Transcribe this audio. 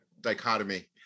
dichotomy